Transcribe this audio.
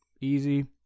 easy